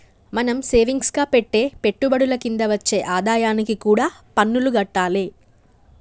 మనం సేవింగ్స్ గా పెట్టే పెట్టుబడుల కింద వచ్చే ఆదాయానికి కూడా పన్నులు గట్టాలే